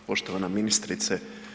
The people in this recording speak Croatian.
Poštovana ministrice.